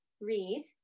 read